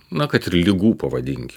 na kad ir ligų pavadinkim